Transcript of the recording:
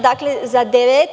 Dakle, za 19%